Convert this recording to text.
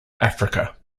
africa